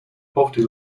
poverty